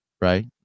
Right